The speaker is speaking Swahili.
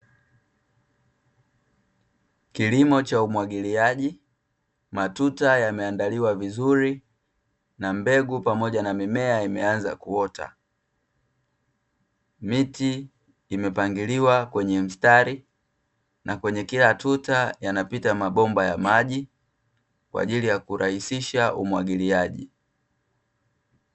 Kilimo cha umwagiliaji, matuta yameandaliwa vizuri na mbegu pamoja na mimea imeanza kuota. Miti imepangiliwa kwenye mstari, na kwenye kila tuta yanapita mabomba ya maji kwa ajili ya kurahisisha umwagiliaji.